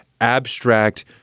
abstract